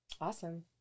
Awesome